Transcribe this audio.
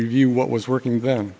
review what was working then